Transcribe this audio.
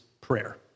prayer